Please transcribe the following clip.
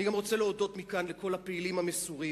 אני גם רוצה להודות מכאן לכל הפעילים המסורים,